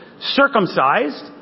circumcised